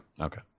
okay